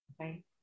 okay